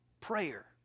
Prayer